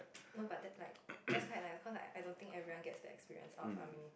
no but that like that's quite nice cause like I don't think that everyone gets that experience of army